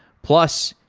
plus,